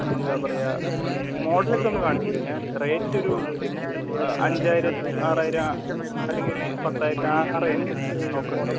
എന്താ പറയുക ഈ മോഡൽ ഒക്കെ ഒന്ന് കാണിച്ചുതരുമോ ഞാൻ റേറ്റ് ഒരു അഞ്ചായിരം ആറായിരം ആ അല്ലെങ്കിൽ ഒരു പത്തായിരത്തിന് ആ റേഞ്ച് നോക്കുന്നുണ്ട്